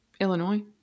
Illinois